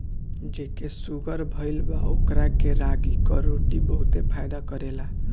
जेके शुगर भईल बा ओकरा के रागी कअ रोटी बहुते फायदा करेला